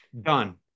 Done